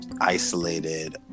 isolated